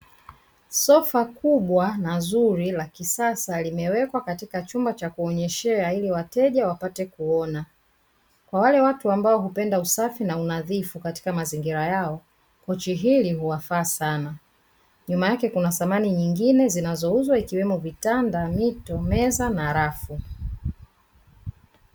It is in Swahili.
Sofa kubwa na zuri la kisasa limewekwa katika chumba cha kuonyeshea ili wateja wapate kuona. Kwa wale watu hupenda usafi na unadhifu katika mazingira yao kochi hili huwafaa sana, nyuma yake kuna samani nyingine ziunauzwa ikiwemo , vitanda, mito, meza na rafu.